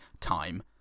time